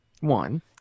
One